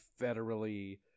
federally